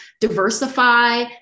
diversify